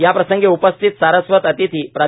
याप्रसंगी उपस्थित सारस्वत अतिथी प्रो